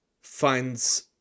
finds